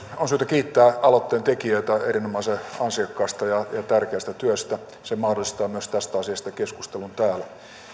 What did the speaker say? on syytä kiittää aloitteen tekijöitä erinomaisen ansiokkaasta ja tärkeästä työstä se mahdollistaa myös tästä asiasta keskustelun täällä